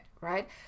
right